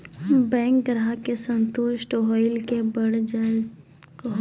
Bank ग्राहक के संतुष्ट होयिल के बढ़ जायल कहो?